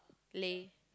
Lay